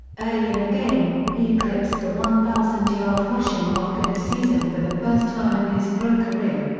early in the game, he eclipsed the one thousand yard rushing mark in a season for the first time in his pro career.